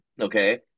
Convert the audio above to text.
okay